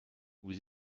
vous